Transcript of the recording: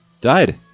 died